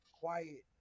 quiet